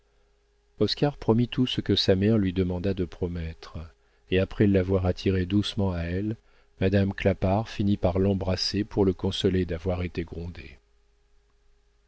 promit tout ce que sa mère lui demanda de promettre et après l'avoir attiré doucement à elle madame clapart finit par l'embrasser pour le consoler d'avoir été grondé